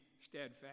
steadfast